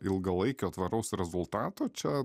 ilgalaikio tvaraus rezultato čia